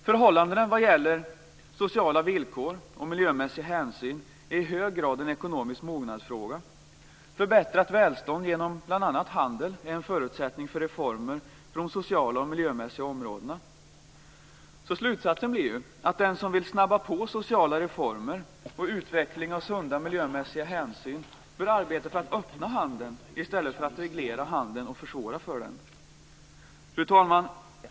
Förhållandena vad gäller sociala villkor och miljömässig hänsyn är i hög grad en ekonomisk mognadsfråga. Förbättrat välstånd, genom bl.a. handel, är en förutsättning för reformer på de sociala och miljömässiga områdena. Slutsatsen blir således att den som vill snabba på sociala reformer och utvecklingen av sunda miljömässiga hänsyn bör arbeta för att öppna handeln i stället för att reglera handeln och försvåra för denna. Fru talman!